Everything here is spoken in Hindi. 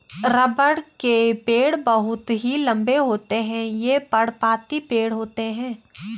रबड़ के पेड़ बहुत ही लंबे होते हैं ये पर्णपाती पेड़ होते है